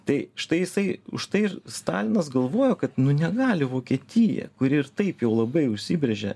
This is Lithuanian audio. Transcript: tai štai jisai už tai ir stalinas galvojo kad negali vokietija kuri ir taip jau labai užsibrėžė